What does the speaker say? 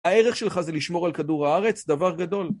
הערך שלך זה לשמור על כדור הארץ, דבר גדול.